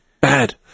Bad